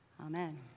Amen